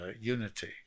unity